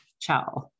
Ciao